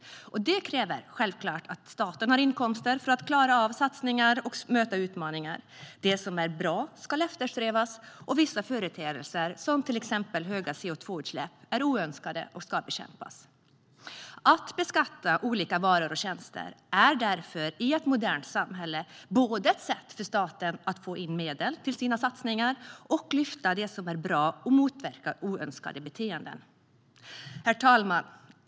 Det kräver självklart att staten har inkomster för att klara av satsningar och möta utmaningar. Det som är bra ska eftersträvas, och vissa företeelser, till exempel höga koldioxidutsläpp, är oönskade och ska bekämpas. Att beskatta olika varor och tjänster är i ett modernt samhälle alltså ett sätt för staten att få in medel till sina satsningar, att lyfta det som är bra och att motverka oönskade beteenden. Herr talman!